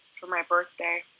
for my birthday.